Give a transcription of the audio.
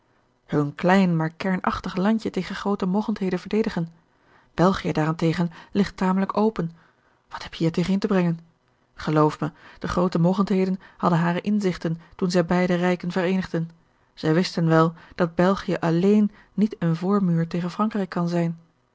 hun klein maar kernachtig landje tegen groote mogendheden verdedigen belgië daarentegen ligt tamelijk open wat heb je hiertegen in te brengen geloof mij de groote mogendheden hadden hare inzigten toen zij beide rijken vereenigden zij wisten wel dat belgië alléén niet een voormuur tegen frankrijk kan zijn